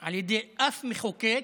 על ידי אף מחוקק,